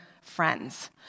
friends